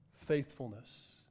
faithfulness